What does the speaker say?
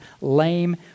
lame